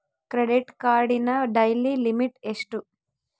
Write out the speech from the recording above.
Credit ಕಾರ್ಡಿನ daily limit ಎಷ್ಟು?